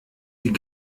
sie